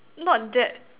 not that